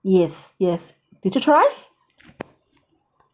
yes yes did you try